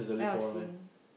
ya was seeing